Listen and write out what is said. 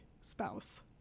spouse